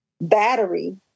battery